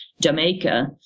Jamaica